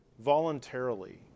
Voluntarily